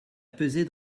pesé